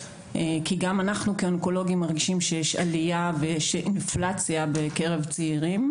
כי גם אנחנו מרגישים שיש עלייה ויש אינפלציה בקרב צעירים".